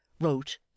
wrote